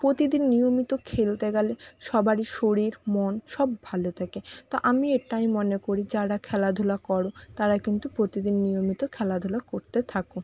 প্রতিদিন নিয়মিত খেলতে গেলে সবারই শরীর মন সব ভালো থাকে তো আমি এটাই মনে করি যারা খেলাধুলা করো তারা কিন্তু প্রতিদিন নিয়মিত খেলাধুলা করতে থাকো